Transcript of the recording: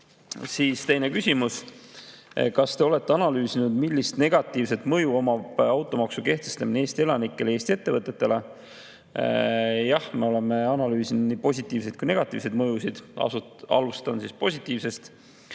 paljudel. Teine küsimus: "Kas Te olete analüüsinud, millist negatiivset mõju omab automaksu kehtestamine Eesti elanikele ja Eesti ettevõtetele?" Jah, me oleme analüüsinud nii positiivseid kui ka negatiivseid mõjusid. Alustan positiivsest.